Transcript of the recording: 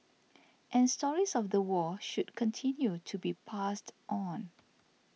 and stories of the war should continue to be passed on